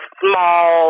small